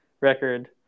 record